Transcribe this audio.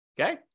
okay